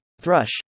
Thrush